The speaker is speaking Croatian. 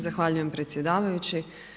Zahvaljujem predsjedavajući.